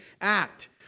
act